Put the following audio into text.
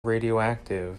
radioactive